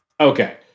Okay